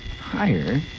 Higher